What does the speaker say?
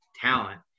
talent